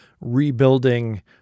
rebuilding